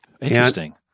Interesting